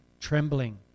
trembling